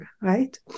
right